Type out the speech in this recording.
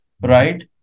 right